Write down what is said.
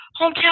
hometown